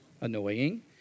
annoying